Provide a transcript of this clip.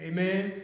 Amen